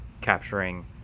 capturing